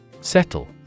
Settle